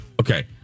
Okay